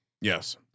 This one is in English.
Yes